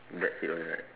that's it only right